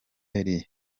eddy